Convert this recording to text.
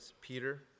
Peter